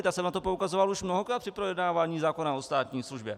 Já jsem na to poukazoval už mnohokrát při projednávání zákona o státní službě.